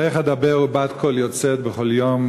אבל איך אדבר ובת-קול יוצאת בכל יום